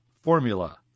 formula